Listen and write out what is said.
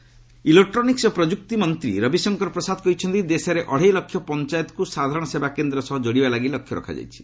ପ୍ରସାଦ CSC electronic ଓ ପ୍ରଯୁକ୍ତି ମନ୍ତ୍ରୀ ରବିଶଙ୍କର ପ୍ରସାଦ କହିଛନ୍ତି ଦେଶର ଅଢେଇ ଲକ୍ଷ ପଞ୍ଚାୟତକ୍ ସାଧାରଣ ସେବା କେନ୍ଦ୍ର ସହ ଯୋଡ଼ିବା ଲାଗି ଲକ୍ଷ୍ୟ ରଖାଯାଇଛି